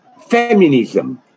feminism